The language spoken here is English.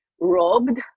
robbed